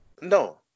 No